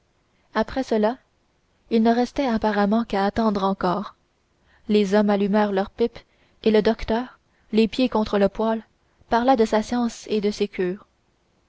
après cela il ne restait apparemment qu'à attendre encore les hommes allumèrent leurs pipes et le docteur les pieds contre le poêle parla de sa science et de ses cures